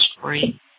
free